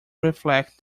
reflect